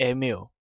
Emil